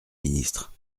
ministre